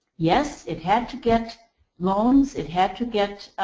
yes, it had to get loans. it had to get